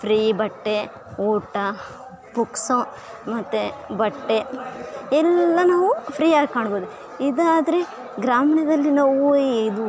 free ಬಟ್ಟೆ ಊಟ ಪುಕ್ಸೋ ಮತ್ತು ಬಟ್ಟೆ ಎಲ್ಲ ನಾವು ಫ್ರೀಯಾಗಿ ಕಾಣ್ಬೋದು ಇದು ಆದರೆ ಗ್ರಾಮೀಣದಲ್ಲಿ ನಾವು ಇದು